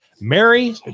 Mary